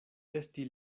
esti